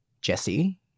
Jesse